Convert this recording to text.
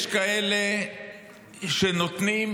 יש כאלה שנותנים,